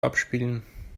abspielen